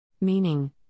Meaning